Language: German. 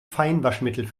feinwaschmittel